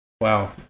Wow